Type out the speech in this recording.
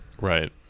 Right